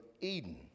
Eden